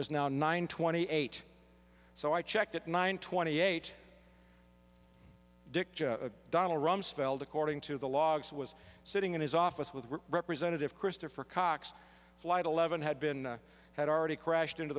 was now nine twenty eight so i checked at nine twenty eight dick donald rumsfeld according to the logs was sitting in his office with representative christopher cox flight eleven had been had already crashed into